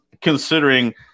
considering